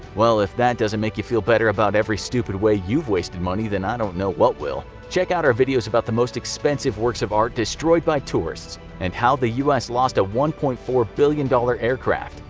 well, if that doesn't make you feel better about every stupid way you've wasted money then i don't know what will. check out our videos about the most expensive works of art destroyed by tourists and how the us lost a one point four billion dollars aircraft.